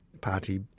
Party